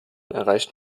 erreicht